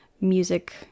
music